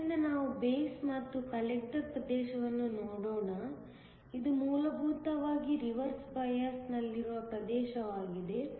ಆದ್ದರಿಂದ ನಾವು ಬೇಸ್ ಮತ್ತು ಕಲೆಕ್ಟರ್ ಪ್ರದೇಶವನ್ನು ನೋಡೋಣ ಇದು ಮೂಲಭೂತವಾಗಿ ರಿವರ್ಸ್ ಬಯಾಸ್ ನಲ್ಲಿರುವ ಪ್ರದೇಶವಾಗಿದೆ